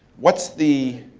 what's the